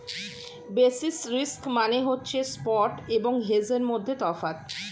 basis risk মানে হচ্ছে spot এবং হেজের মধ্যে তফাৎ